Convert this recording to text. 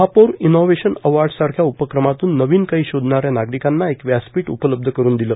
महापौर इनोव्हेशन अवॉर्डसारख्या उपक्रमातून नवीन काही शोधणाऱ्या नागरिकांना एक व्यासपीठ उपलब्ध करून दिले